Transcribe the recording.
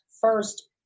First